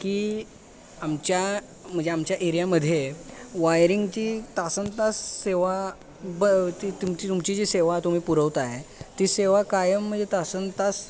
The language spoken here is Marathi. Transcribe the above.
की आमच्या म्हणजे आमच्या एरियामध्ये वायरिंगची तासनतास सेवा ब तुमची तुमची जी सेवा तुम्ही पुरवताय ती सेवा कायम म्हणजे तासनतास